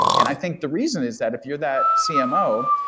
and i think the reason is that if you're that cmo,